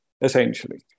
essentially